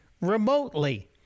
remotely